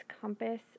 compass